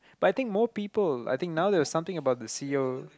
but I think more people I think now there's something about the c_e_o